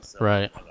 right